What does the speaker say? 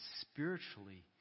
spiritually